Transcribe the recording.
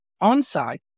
on-site